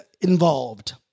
involved